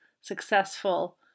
successful